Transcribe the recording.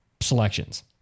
selections